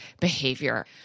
behavior